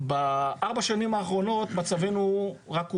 בארבע השנים האחרונות מצבנו רק הורע,